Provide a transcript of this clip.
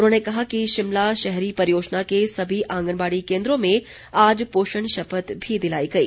उन्होंने कहा कि शिमला शहरी परियोजना के सभी आंगनबाड़ी केन्द्रों में आज पोषण शपथ भी दिलाई गई